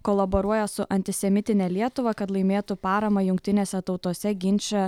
kolaboruoja su antisemitine lietuva kad laimėtų paramą jungtinėse tautose ginče